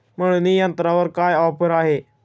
मळणी यंत्रावर काय ऑफर आहे?